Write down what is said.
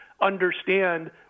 understand